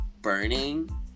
burning